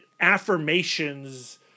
affirmations